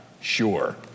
Sure